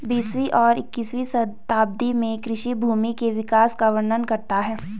बीसवीं और इक्कीसवीं शताब्दी में कृषि भूमि के विकास का वर्णन करता है